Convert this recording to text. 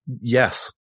Yes